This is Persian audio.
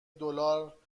دلار